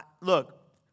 Look